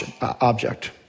object